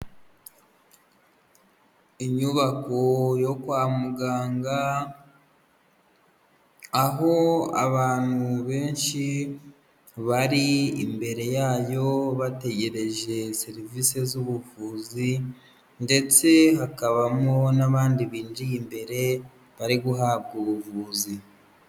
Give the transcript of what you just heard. Inyubako yo kwa muganga aho abantu benshi bari imbere yayo bategereje serivisi z'ubuvuzi ndetse hakabamo n'abandi binjiye imbere bari guhabwa ubuvuzi.